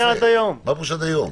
מה פירוש עד היום?